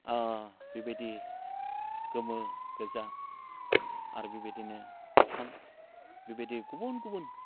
बेबायदि गोमो गोजा आरो बेबायदिनो गोथां बेबायदि गुबुन गुबुन